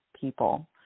people